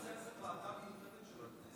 לא הייתה בנושא הזה ועדה מיוחדת של הכנסת?